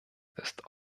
ist